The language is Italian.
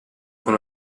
con